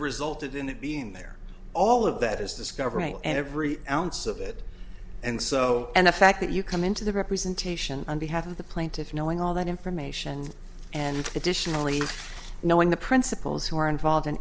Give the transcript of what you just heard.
resulted in it being there all of that is discovering every ounce of it and so and the fact that you come into the representation on behalf of the plaintiffs knowing all that information and additionally knowing the principals who are involved